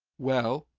well,